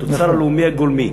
התוצר הלאומי הגולמי,